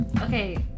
Okay